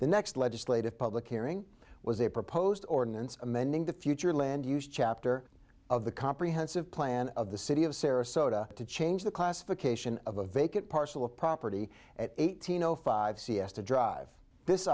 the next legislative public hearing was a proposed ordinance amending the future land use chapter of the comprehensive plan of the city of sarasota to change the classification of a vacant parcel of property at eighteen o five c s to drive this